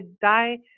die